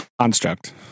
construct